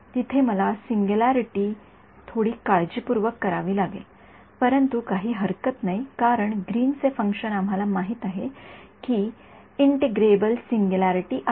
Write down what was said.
तिथे मला सिंग्युलॅरीटी थोडी काळजीपूर्वक करावी लागेल परंतु काही हरकत नाही कारण ग्रीनचे फंक्शन् आम्हाला माहित आहे की इंटिग्रेबल सिंग्युलॅरीटी आहे